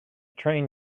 train